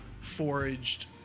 foraged